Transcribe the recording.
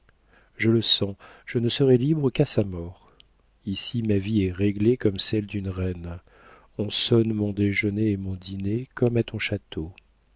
je le sens je ne serai libre qu'à sa mort ici ma vie est réglée comme celle d'une reine on sonne mon déjeuner et mon dîner comme à ton château